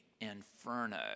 inferno